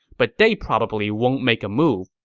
but they probably won't make a move.